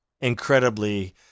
incredibly